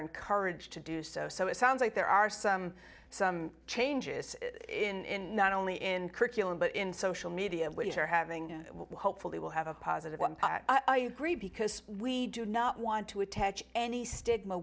encouraged to do so so it sounds like there are some some changes in not only in curriculum but in social media which are having hopefully will have a positive one i agree because we do not want to attach any stigma